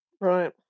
Right